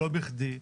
לא בכדי.